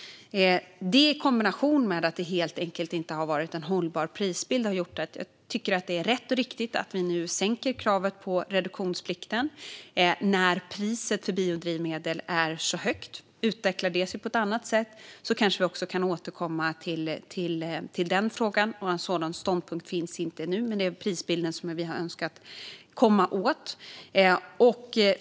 Detta i kombination med att det helt enkelt inte har varit en hållbar prisbild har gjort att jag tycker att det är rätt och riktigt att vi nu sänker kravet på reduktionsplikten när priset på biodrivmedel är så högt. Om det utvecklar sig på ett annat sätt kanske vi också kan återkomma till den frågan. Någon sådan ståndpunkt finns inte nu, men det är prisbilden vi har önskat komma åt.